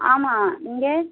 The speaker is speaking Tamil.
ஆமாம் நீங்கள்